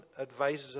advises